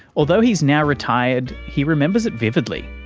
although he's now retired, he remembers it vividly.